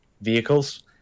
vehicles